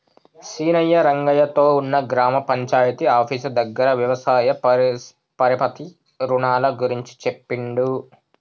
సీనయ్య రంగయ్య తో ఉన్న గ్రామ పంచాయితీ ఆఫీసు దగ్గర వ్యవసాయ పరపతి రుణాల గురించి చెప్పిండు